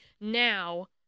now –